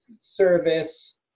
service